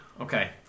Okay